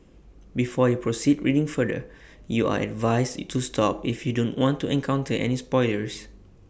before you proceed reading further you are advised you to stop if you don't want to encounter any spoilers